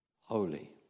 holy